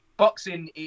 Boxing